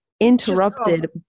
interrupted